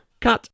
Cut